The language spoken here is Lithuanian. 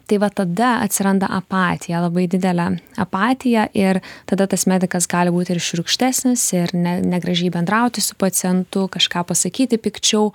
tai va tada atsiranda apatija labai didelė apatija ir tada tas medikas gali būti ir šiurkštesnis ir ne negražiai bendrauti su pacientu kažką pasakyti pikčiau